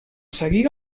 seguir